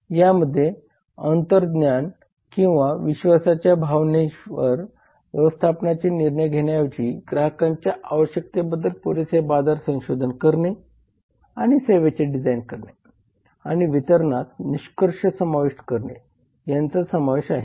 यामध्ये अंतर्ज्ञान किंवा विश्वासाच्या भावनेवर व्यवस्थापनाचे निर्णय घेण्याऐवजी ग्राहकांच्या आवश्यकतेबद्दल पुरेसे बाजार संशोधन करणे आणि सेवेचे डिझाइन करणे आणि वितरणात निष्कर्ष समाविष्ट करणे यांचा समावेश आहे